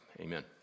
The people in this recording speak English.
amen